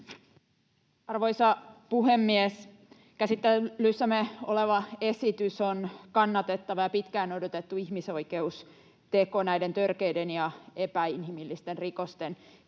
Arvoisa puhemies! Käsittelyssämme oleva esitys on kannatettava ja pitkään odotettu ihmisoikeusteko näiden törkeiden ja epäinhimillisten rikosten